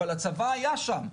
אבל הצבא היה שם.